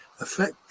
affect